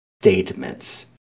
statements